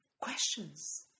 questions